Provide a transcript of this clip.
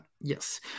yes